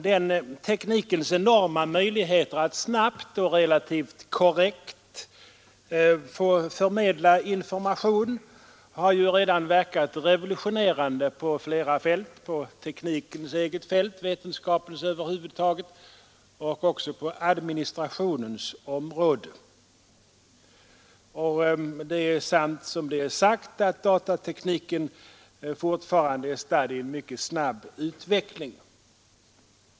Denna tekniks enorma möjligheter att snabbt och relativt korrekt förmedla information har ju redan verkat revolutionerande på flera fält, på teknikens eget och på vetenskapens fält över huvud taget ävensom på det administrativa området. Det är sant, som det är sagt, att datatekniken fortfarande är stadd i mycket snabb utveckling.